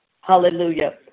hallelujah